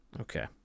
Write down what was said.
Okay